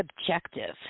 objective